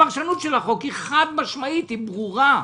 הפרשנות של החוק היא חד-משמעית, היא ברורה.